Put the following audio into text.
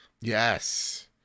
Yes